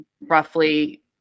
roughly